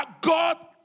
God